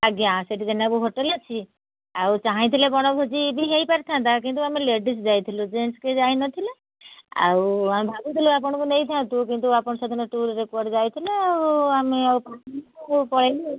ଆଜ୍ଞା ସେଠି ଜେନା ବାବୁ ହୋଟେଲ୍ ଅଛି ଆଉ ଚାହିଁଥିଲେ ବଣଭୋଜି ବି ହୋଇପାରି ଥାଆନ୍ତା କିନ୍ତୁ ଆମେ ଲେଡ଼ିସ୍ ଯାଇଥିଲୁ ଜେନ୍ସ୍ କିଏ ଯାଇ ନଥିଲେ ଆଉ ଆମେ ଭାବୁଥିଲେ ଆପଣଙ୍କୁ ନେଇଥାନ୍ତୁ କିନ୍ତୁ ଆପଣ ସେଦିନ ଟୁର୍ରେ କୁଆଡ଼େ ଯାଇଥିଲେ ଆଉ ଆମେ ପଳେଇଲୁ